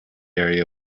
area